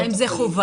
האם זה חובה?